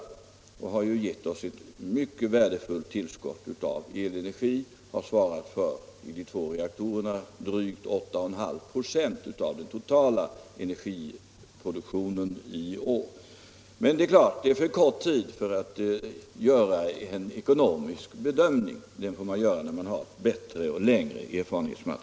Under den tiden har de två reaktorerna gett oss ett mycket värdefullt tillskott av elenergi och svarat för drygt 8,5 96 av den totala energiproduktionen i år. Men det är klart att det är för kort tid för att man skall kunna göra en ekonomisk bedömning. Det får man göra när man har längre erfarenhet.